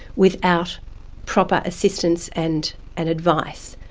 without proper assistance and and advice,